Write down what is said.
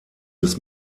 des